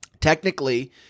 Technically